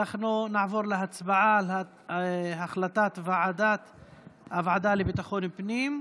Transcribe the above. אנחנו נעבור להצבעה על החלטת הוועדה לביטחון פנים.